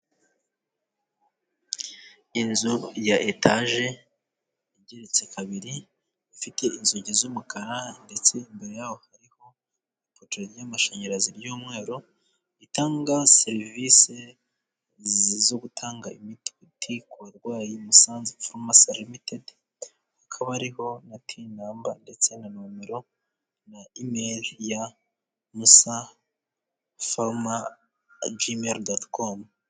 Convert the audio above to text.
Inzu ya etaje igeretse kabiri, ifite inzugi z'umukara ndetse imbere yaho hariho ipoto ry'amashanyarazi ry'umweru, itanga serivisi zo gutanga imiti ku barwayi. Musanze farumasi lmitedi, hakaba hariho na tini namba ndetse na nomero na emeri ya musafaruma jimeyiri doti comu.